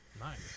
Nice